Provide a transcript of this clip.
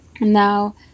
now